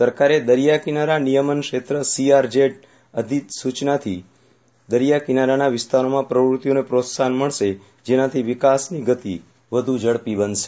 સરકારે દરિયા કિનારા નિયમન ક્ષેત્ર સીઆરઝેડ અધિસૂચનાથી દરિયા કિનારાના વિસ્તારોમાં પ્રવૃત્તિઓને પ્રોત્સાહન મળશે જેનાથા વિકાસની ગતિ વ્ધુ ઝડપી બનશે